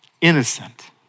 innocent